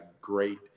great